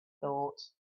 thought